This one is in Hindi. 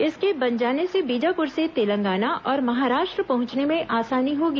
इसके बन जाने से बीजापुर से तेलंगाना और महाराष्ट्र पहंचने में आसानी होगी